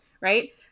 right